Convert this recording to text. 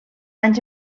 anys